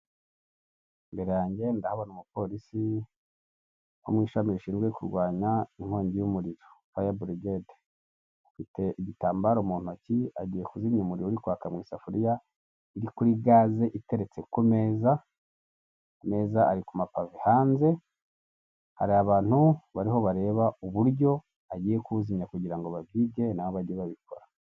Imbere yange ndabona umupolisi wo mu ishami rishinzwe kurwanya inkongi y'umuriro, faya burigedi. Afite igitambaro mu ntoki, agiye kuzimya umuriro uri kwaka mu isafuriya iri kuri gaze iteretse ku meza, ameza ari ku mapave hanze, hari abantu bariho bareba uburyo agiye kuwuzimya kugira ngo babyige na bo bajye babikora.